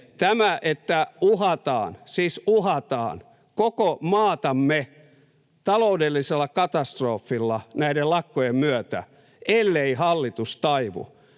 — siis uhataan — koko maatamme taloudellisella katastrofilla näiden lakkojen myötä, ellei hallitus taivu,